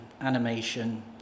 animation